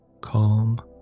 Calm